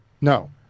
No